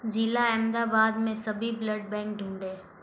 ज़िला अहमदाबाद में सभी ब्लड बैंक ढूँढें